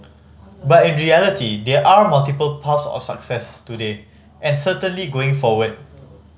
but in reality there are multiple path of success today and certainly going forward